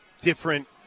different